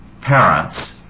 parents